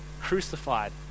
crucified